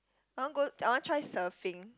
I want go I want try surfing